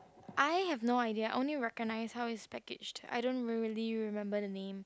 I have no idea I only recognise how it is packaged I don't really remember the name